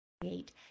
create